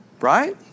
Right